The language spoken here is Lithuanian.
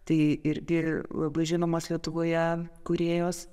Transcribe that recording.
tai irgi labai žinomos lietuvoje kūrėjos